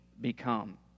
become